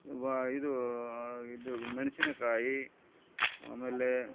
ವ ಇದು ಇದು ಮೆಣಸಿನಕಾಯಿ ಆಮೇಲೆ